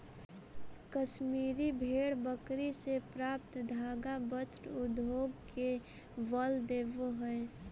कश्मीरी भेड़ बकरी से प्राप्त धागा वस्त्र उद्योग के बल देवऽ हइ